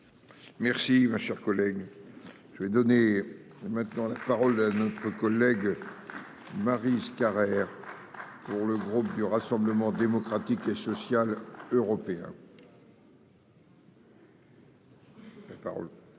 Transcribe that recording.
Merci ma chère collègue. Je vais donner. Maintenant la parole à notre collègue. Maryse Carrère. Pour le groupe du Rassemblement démocratique et social européen.--